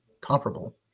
comparable